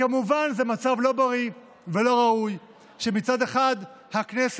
כמובן, זה מצב לא בריא ולא ראוי שמצד אחד הכנסת